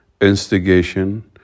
instigation